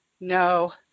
no